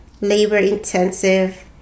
labor-intensive